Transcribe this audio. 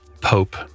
Pope